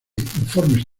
informes